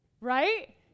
Right